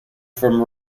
from